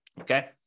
okay